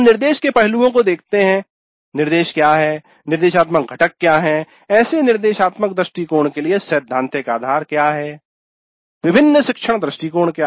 हम निर्देश के पहलुओं को देखते हैं निर्देश क्या है निर्देशात्मक घटक क्या हैं ऐसे निर्देशात्मक दृष्टिकोण के लिए सैद्धांतिक आधार क्या हैं विभिन्न शिक्षण दृष्टिकोण